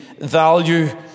value